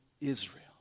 Israel